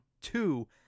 two